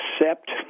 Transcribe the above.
accept